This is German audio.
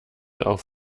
auf